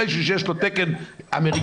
משהו שיש לו תקן אמריקאי,